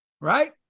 right